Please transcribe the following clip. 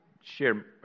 share